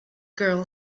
girl